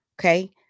Okay